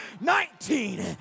nineteen